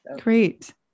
great